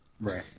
Right